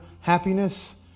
happiness